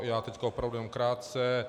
Já teď opravdu jen krátce.